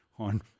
On